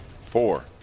four